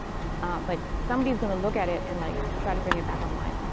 ah but somebody's going to look at it and like try to bring it back online.